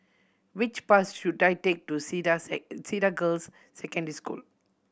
which bus should I take to Cedar Cedar Girls' Secondary School